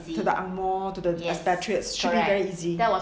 to the angmoh to the very easy